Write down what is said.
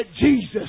Jesus